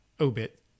Obit